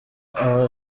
aba